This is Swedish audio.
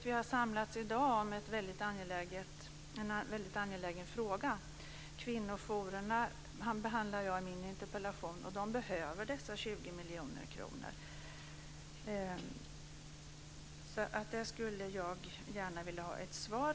Vi har ju i dag samlats kring en väldigt angelägen fråga. Kvinnojourerna behandlar jag i min interpellation. De behöver de 20 miljoner kronorna. Där skulle jag gärna vilja ha ett svar.